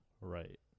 Right